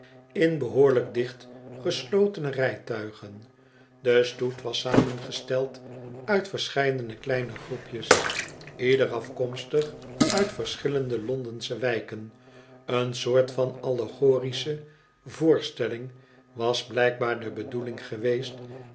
in behoorlijk dicht geslotene rijtuigen de stoet was samengesteld uit verscheidene kleine groepjes ieder afkomstig uit verschillende londensche wijken een soort van allegorische voorstelling was blijkbaar de bedoeling geweest